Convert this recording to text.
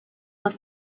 was